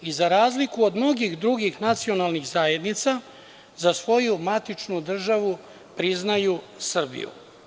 Za razliku od mnogih drugih nacionalnih zajednica, za svoju matičnu državu priznaju Srbiju.